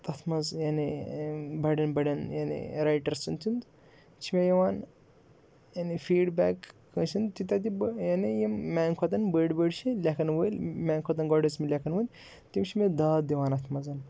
تَتھ منٛز یعنی بَڑٮ۪ن بَڑٮ۪ن یعنی رایٹَر سنٛد تِم چھِ مےٚ یِوان یعنی فیٖڈبیک کٲنٛسہِ ہُنٛد تہٕ تَتہِ یعنی یِم میٛانہِ کھۄتہٕ بٔڑۍ بٔڑۍ چھِ لیکھَن وٲلۍ میٛانہِ کھۄتہٕ گۄڈٕ ٲسۍ مٕتۍ لیکھَن وٲلۍ تِم چھِ مےٚ داد دِوان اَتھ منٛز